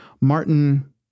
Martin